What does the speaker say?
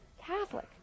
Catholic